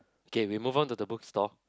K we move on to the book store